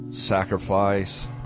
Sacrifice